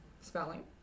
spelling